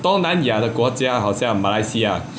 东南亚的国家好像马来西亚